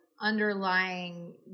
underlying